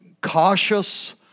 Cautious